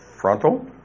frontal